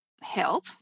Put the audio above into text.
help